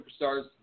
superstars